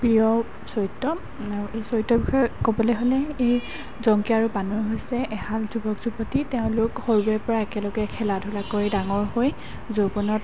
প্ৰিয় চৰিত্ৰ এই চৰিত্ৰৰ বিষয়ে ক'বলৈ হ'লে এই জংকী আৰু পানৈ হৈছে এহাল যুৱক যুৱতী তেওঁলোক সৰুৰে পৰা একেলগে খেলা ধূলা কৰি ডাঙৰ হৈ যৌৱনত